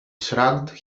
shrugged